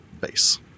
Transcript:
base